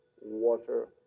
water